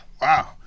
Wow